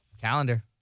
Calendar